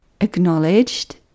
acknowledged